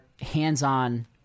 hands-on